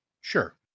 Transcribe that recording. Sure